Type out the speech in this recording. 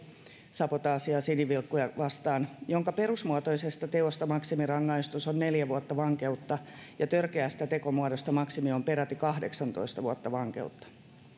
sabotaasista sinivilkkuja vastaan jonka perusmuotoisesta teosta maksimirangaistus on neljä vuotta vankeutta ja törkeästä tekomuodosta maksimi on peräti kahdeksantoista vuotta vankeutta